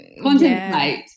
contemplate